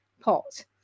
pot